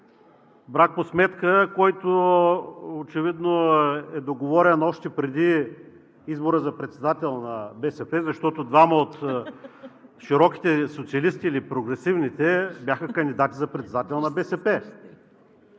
брак по сметка, който очевидно е договорен още преди избора за председател на БСП, защото двама от широките социалисти или прогресивните бяха кандидати за председател на БСП.